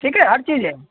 ठीक है आप कीजिये